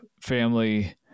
family